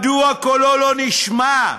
מדוע קולו לא נשמע?